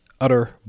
utter